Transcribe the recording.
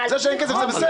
זה שאין כסף זה בסדר.